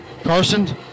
Carson